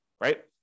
right